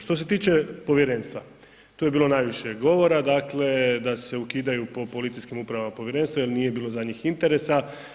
Što se tiče povjerenstva, tu je bilo najviše govora, dakle, da se ukidaju po policijskim upravama povjerenstva jel nije bilo za njih interesa.